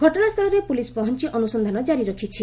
ଘଟଣାସ୍ଥୁଳରେ police ପହଞ୍ ଅନୁସନ୍ଧାନ କାରି ରଖିଛି